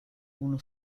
uno